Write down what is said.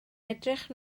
edrych